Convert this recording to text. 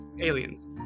aliens